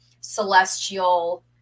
celestial